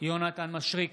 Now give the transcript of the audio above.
יונתן מישרקי,